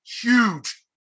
huge